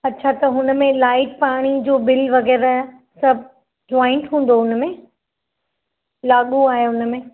अच्छा त हुन में लाइट पाणीअ जो बिल वग़ैरह सभु जॉइंट हूंदो हुन में लॻो आहे हुन में